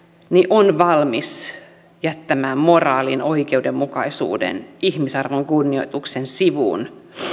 on valmis jättämään moraalin oikeudenmukaisuuden ja ihmisarvon kunnioituksen sivuun